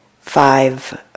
five